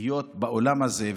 להיות באולם הזה,